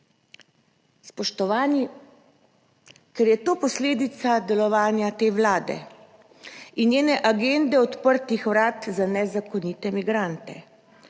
Spoštovani, ker je to posledica delovanja te Vlade in njene agende odprtih vrat za nezakonite migrante,